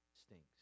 stinks